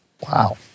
Wow